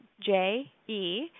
J-E